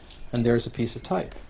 and there's a piece of type.